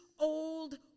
old